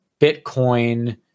Bitcoin